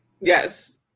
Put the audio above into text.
Yes